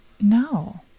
No